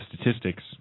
statistics